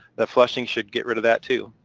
the flushing should get rid of that too.